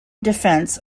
defense